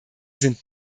sind